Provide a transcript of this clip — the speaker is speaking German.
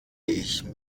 ich